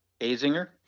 Azinger